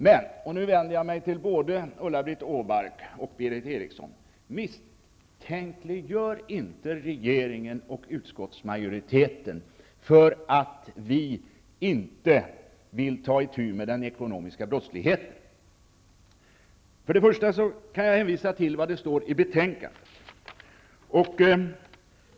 Men -- nu uppmanar jag både Ulla-Britt Åbark och Berith Eriksson -- misstänkliggör inte regeringen och utskottsmajoriteten för att vi borgerliga inte skulle vilja ta itu med den ekonomiska brottsligheten! Jag kan i detta sammanhang hänvisa till vad som står i betänkandet.